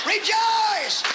Rejoice